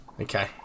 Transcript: Okay